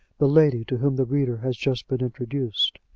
the lady to whom the reader has just been introduced.